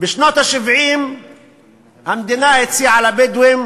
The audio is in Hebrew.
בשנות ה-70 המדינה הציעה לבדואים